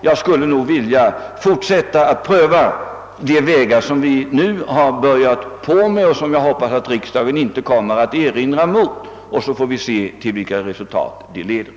Jag skulle nog vilja fortsätta att pröva de vägar som vi nu har slagit in på — jag hoppas att riksdagen inte kommer att göra någon erinran — och så får vi se till vilka resultat de leder.